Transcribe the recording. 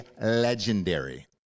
legendary